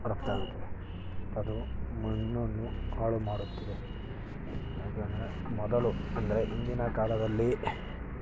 ರಫ್ತಾಗುತ್ತವೆ ಅದು ಮಣ್ಣನ್ನು ಹಾಳು ಮಾಡುತ್ತದೆ ಮೊದಲು ಅಂದರೆ ಹಿಂದಿನ ಕಾಲದಲ್ಲಿ